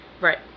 Right